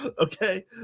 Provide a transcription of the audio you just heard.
Okay